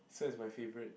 so is my favorite